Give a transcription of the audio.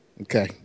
Okay